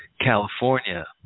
California